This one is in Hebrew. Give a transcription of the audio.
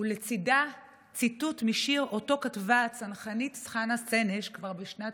ולצידה ציטוט משיר שכתבה הצנחנית חנה סנש כבר בשנת